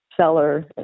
seller